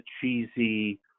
cheesy